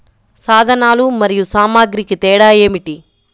సాధనాలు మరియు సామాగ్రికి తేడా ఏమిటి?